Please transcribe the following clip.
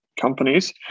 companies